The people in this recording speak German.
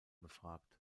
befragt